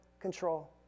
control